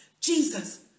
Jesus